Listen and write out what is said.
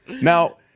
Now